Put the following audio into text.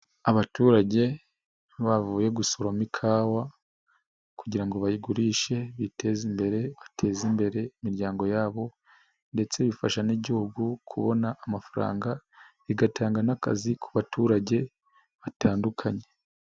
Abaturage aho bavuye gusoroma ikawa, kugira ngo bayigurishe biteze mbere bateze imbere imiryano yabo ndetse bifasha n'igihugu kubona amafaranga, bigatanga n'akazi ku baturage batandukanye.